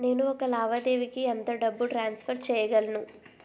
నేను ఒక లావాదేవీకి ఎంత డబ్బు ట్రాన్సఫర్ చేయగలను?